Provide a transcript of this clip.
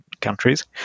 countries